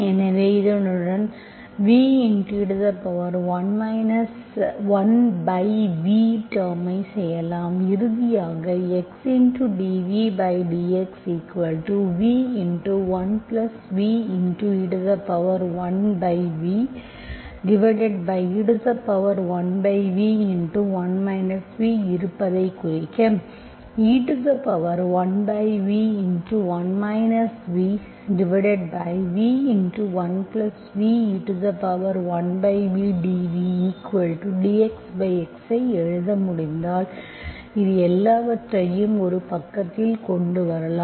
எனவே இதனுடன் ve1v டேர்ம்ஐ செய்யலாம் இறுதியாக x dvdxv1v e1ve1v1 vஇருப்பதைக் குறிக்க e1v1 v v1v e1vdvdxx ஐ எழுத முடிந்தால் இது எல்லாவற்றையும் ஒரு பக்கத்தில் கொண்டு வரலாம்